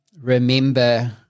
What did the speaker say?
remember